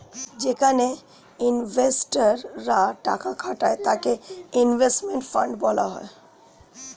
যেখানে ইনভেস্টর রা টাকা খাটায় তাকে ইনভেস্টমেন্ট ফান্ড বলা হয়